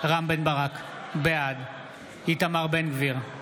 רם בן ברק, בעד איתמר בן גביר,